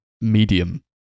medium